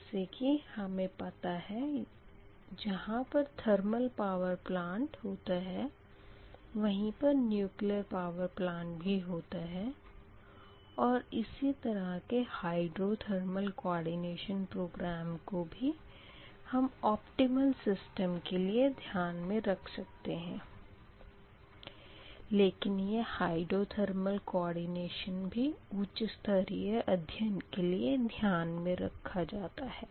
जैसे कि हमें पता है जहाँ पर थर्मल पावर प्लांट होता है वहीं पर न्यूक्लियर पावर प्लांट भी होता है और इसी तरह के हाइड्रो थर्मल कोऑर्डिनेशन प्रोग्राम को भी हम ऑपटिमम सिस्टम के लिए ध्यान में रख सकते हैं लेकिन यह हाइड्रोथर्मल कोऑर्डिनेशन भी उच्च स्तरिए अदध्यन के लिए ध्यान मे रखा जाता है